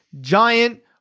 giant